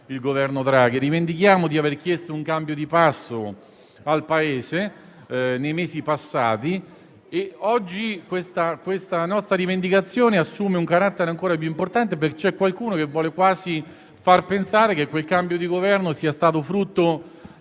il Governo Draghi e il fatto di aver chiesto un cambio di passo al Paese nei mesi passati. Oggi questa nostra rivendicazione assume un carattere ancora più importante, perché c'è qualcuno che vuole quasi far pensare che quel cambio di Governo sia stato frutto